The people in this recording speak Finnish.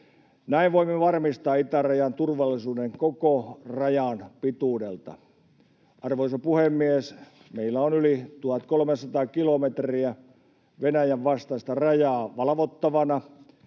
Näin voimme varmistaa itärajan turvallisuuden koko rajan pituudelta. Arvoisa puhemies! Meillä on yli 1 300 kilometriä Venäjän vastaista rajaa valvottavana.